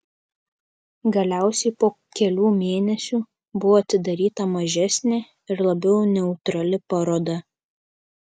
galiausiai po kelių mėnesių buvo atidaryta mažesnė ir labiau neutrali paroda